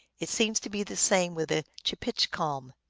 it seems to be the same with the chepitchcalm.